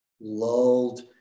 lulled